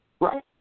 right